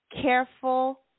careful